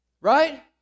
right